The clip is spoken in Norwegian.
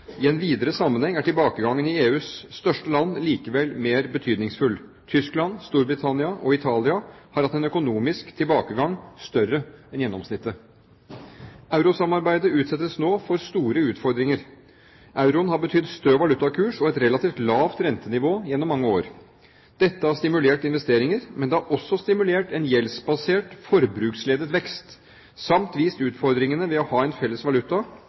I en videre sammenheng er tilbakegangen i EUs største land likevel mer betydningsfull. Tyskland, Storbritannia og Italia har hatt en økonomisk tilbakegang større enn gjennomsnittet. Eurosamarbeidet utsettes nå for store utfordringer. Euroen har betydd stø valutakurs og et relativt lavt rentenivå gjennom mange år. Dette har stimulert investeringer. Men det har også stimulert en gjeldsbasert, forbruksledet vekst samt vist utfordringene ved å ha en felles valuta,